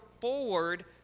forward